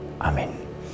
Amen